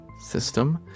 system